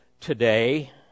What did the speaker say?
today